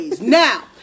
now